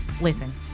Listen